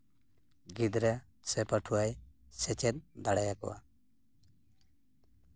ᱜᱤᱫᱽᱨᱟᱹ ᱥᱮ ᱯᱟᱹᱴᱷᱩᱣᱟᱹᱭ ᱥᱮᱪᱮᱫ ᱫᱟᱲᱮᱭᱟ ᱠᱚᱣᱟ